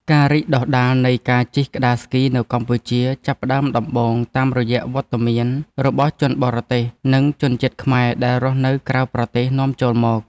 ការរីកដុះដាលនៃកីឡាជិះក្ដារស្គីនៅកម្ពុជា ចាប់ផ្ដើមដំបូងតាមរយៈវត្តមានរបស់ជនបរទេស និងជនជាតិខ្មែរដែលរស់នៅក្រៅប្រទេសនាំចូលមក។